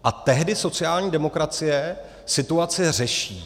A tehdy sociální demokracie situaci řeší.